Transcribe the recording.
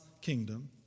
kingdom